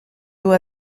dur